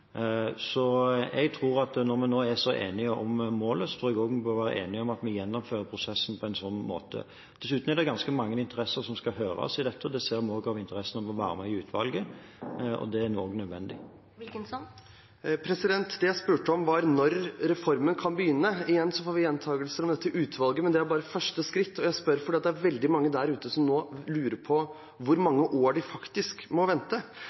så enige om målet, bør vi også være enige om at vi gjennomfører prosessen på en slik måte. Dessuten er det ganske mange interesser som skal høres om dette, det ser vi også av interessen for å være med i utvalget – og det er nok nødvendig. Det jeg spurte om, var når reformen kan begynne. Igjen får vi gjentagelser om dette utvalget, men det er bare første skritt. Jeg spør fordi det er veldig mange der ute som nå lurer på hvor mange år de faktisk må vente.